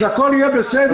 אז הכול יהיה בסדר.